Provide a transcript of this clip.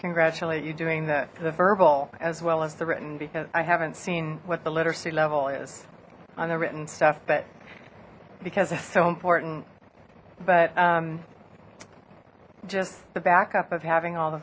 congratulate you doing that the verbal as well as the written because i haven't seen what the literacy level is on the written stuff but because it's so important but just the back up of having all the